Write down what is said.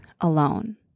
alone